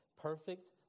perfect